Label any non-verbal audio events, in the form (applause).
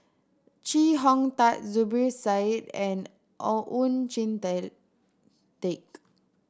Chee Hong Tat Zubir Said and (unintelligible) Oon Jin (unintelligible) Teik